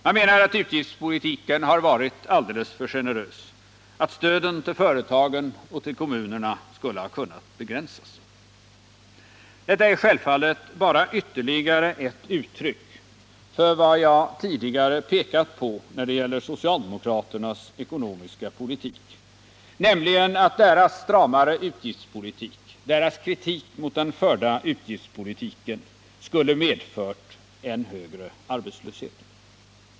Man menar att utgiftspolitiken har varit alldeles för generös, att stöden till företagen och till kommunerna skulle ha kunnat begränsas. Detta är självfallet bara ytterligare ett uttryck för vad jag tidigare pekat på i socialdemokraternas ekonomiska politik, nämligen att deras stramare utgiftspolitik och deras kritik mot den förda utgiftspolitiken skulle ha medfört en större arbetslöshet.